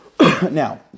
Now